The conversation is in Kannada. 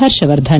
ಹರ್ಷವರ್ಧನ್